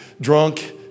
drunk